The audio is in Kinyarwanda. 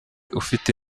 ufite